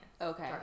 okay